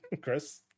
Chris